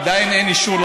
עדיין אין אישור,